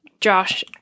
Josh